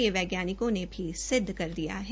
ये वैज्ञानिकों ने भी सिद्ध किया है